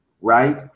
right